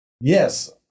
yes